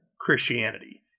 Christianity